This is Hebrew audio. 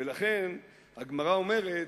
ולכן הגמרא אומרת,